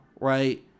right